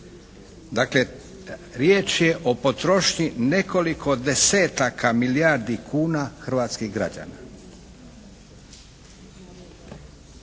Dakle, riječ je o potrošnji nekoliko desetaka milijardi kuna hrvatskih građana.